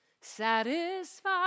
Satisfied